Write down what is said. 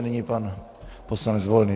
Nyní pan poslanec Volný.